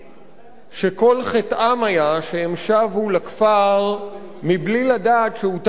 שכל חטאם היה שהם שבו לכפר מבלי לדעת שהוטל עוצר.